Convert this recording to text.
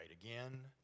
again